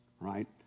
right